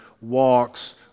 walks